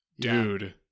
Dude